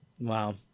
wow